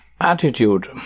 Attitude